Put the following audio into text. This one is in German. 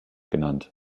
genannt